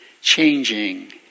changing